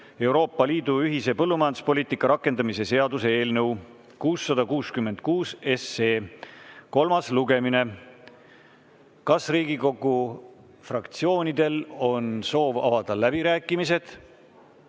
Euroopa Liidu ühise põllumajanduspoliitika rakendamise seaduse eelnõu 666 kolmas lugemine. Kas Riigikogu fraktsioonidel on soov avada läbirääkimised?